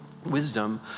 Wisdom